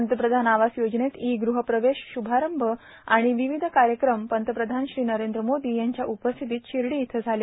पंतप्रधान आवास योजनेत ई गृहप्रवेश श्भारंभ आर्गण र्वावध कायक्रम पंतप्रधान श्री नरद्र मोदी यांच्या उपस्थितीत शिर्ङा इथं झालं